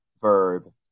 verb